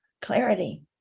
clarity